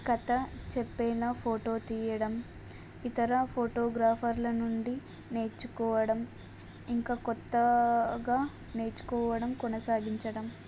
కథ చెప్పేలా ఫోటో తీయడం ఇతర ఫోటోగ్రాఫర్ల నుండి నేర్చుకోవడం ఇంకా కొత్తగా నేర్చుకోవడం కొనసాగించడం